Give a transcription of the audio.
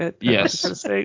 Yes